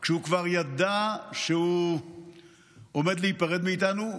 כשהוא כבר ידע שהוא עומד להיפרד מאיתנו,